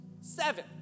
Seven